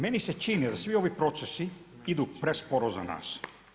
Meni se čini da svi ovi procesi idu presporo za nas.